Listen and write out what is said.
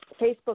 Facebook